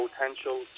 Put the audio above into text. potential